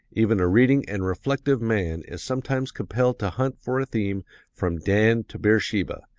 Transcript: even a reading and reflective man is sometimes compelled to hunt for a theme from dan to beersheba,